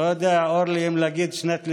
אני לא יודע, אורלי, אם להגיד "שנת לימודים".